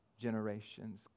generations